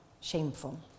shameful